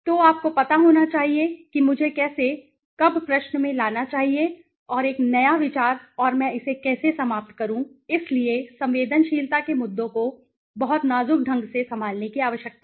तो आपको पता होना चाहिए कि मुझे कैसे कब प्रश्न में लाना चाहिए और एक नया विचार और मैं इसे कैसे समाप्त करूं इसलिए संवेदनशीलता के मुद्दों को बहुत नाजुक ढंग से संभालने की आवश्यकता है